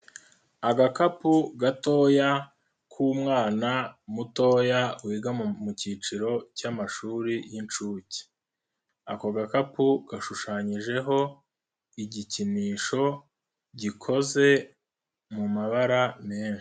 Agakapu gatoya k'umwana mutoya wiga mu cyiciro cy'amashuri y'incuke, ako gakapu gashushanyijeho igikinisho gikoze mu mabara menshi.